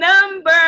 Number